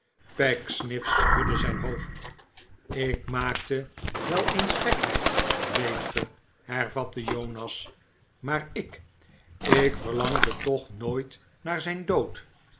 pecksniff schudde zijn hoofd t ik maakte wel eens gekheid weet ge hervatte jonas maar ik ik verlangde toch nooit naar zijn dood